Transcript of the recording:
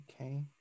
okay